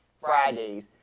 Fridays